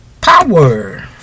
Power